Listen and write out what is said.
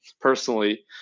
personally